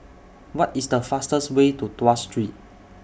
What IS The fastest Way to Tuas Street